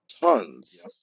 tons